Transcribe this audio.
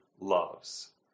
loves